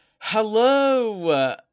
Hello